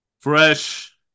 fresh